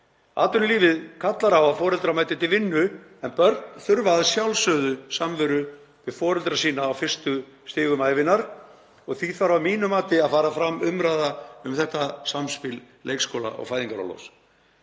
Atvinnulífið kallar á að foreldrar mæti til vinnu en börn þurfa að sjálfsögðu samveru við foreldra sína á fyrstu stigum ævinnar og því þarf að mínu mati að fara fram umræða um þetta samspil leikskóla og fæðingarorlofs.